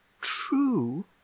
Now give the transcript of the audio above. true